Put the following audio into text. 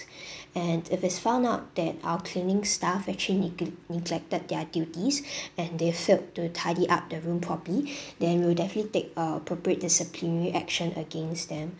and if it's found out that our cleaning staff actually negle~ neglected their duties and they failed to tidy up the room properly then we'll definitely take a appropriate disciplinary action against them